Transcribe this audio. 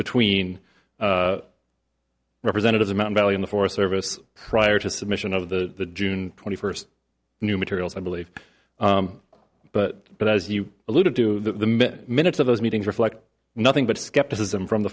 between representatives amount valley in the forest service prior to submission of the june twenty first new materials i believe but but as you alluded to the mit minutes of those meetings reflect nothing but skepticism from the